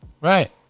Right